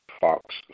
Fox